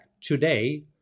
today